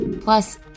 Plus